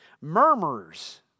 Murmurers